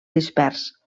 dispers